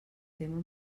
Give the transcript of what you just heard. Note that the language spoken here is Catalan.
tema